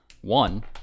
One